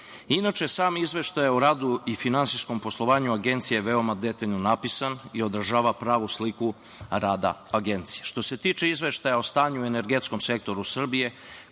Inače, sam izveštaj o radu i finansijskom poslovanju Agencije je veoma detaljno napisan i odražava pravu sliku rada agencije. Što se tiče izveštaja o stanju u energetskom sektoru Srbije,